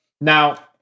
Now